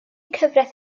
cyfraith